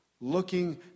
looking